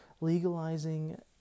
legalizing